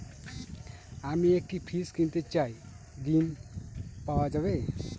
আমি একটি ফ্রিজ কিনতে চাই ঝণ পাওয়া যাবে?